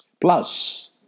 Plus